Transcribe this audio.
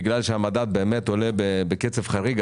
בגלל שהמדד באמת עולה בקצב חריג,